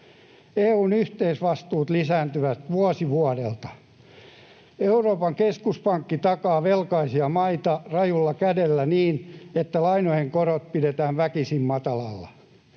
EU:n yhteisvastuut lisääntyvät vuosi vuodelta. Euroopan keskuspankki takaa velkaisia maita rajulla kädellä niin, että lainojen korot pidetään väkisin matalalla.